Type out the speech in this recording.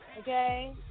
Okay